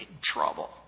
trouble